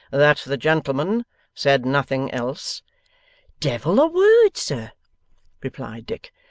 that the gentleman said nothing else devil a word, sir replied dick.